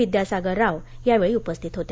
विद्यासागर राव यावेळी उपस्थित होते